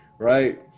Right